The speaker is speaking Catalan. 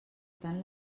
tant